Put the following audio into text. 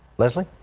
leslie.